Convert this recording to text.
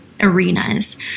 Arenas